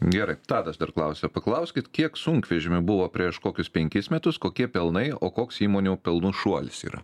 gerai tadas dar klausia paklauskit kiek sunkvežimių buvo prieš kokius penkis metus kokie pelnai o koks įmonių pelnų šuolis yra